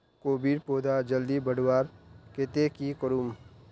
कोबीर पौधा जल्दी बढ़वार केते की करूम?